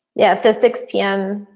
yeah, so six p m.